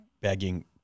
begging